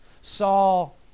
Saul